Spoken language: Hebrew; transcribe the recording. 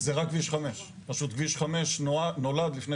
זה רק כביש 5. פשוט כביש 5 נולד לפני